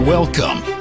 welcome